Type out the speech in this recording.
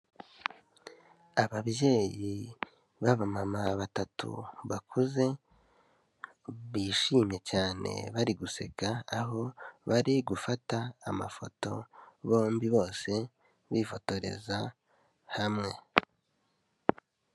Ababyeyi b' abamama batatu bakuze, bishimye cyane, bari guseka aho bari gufata amafoto bombi, bose bifotoreza hamwe.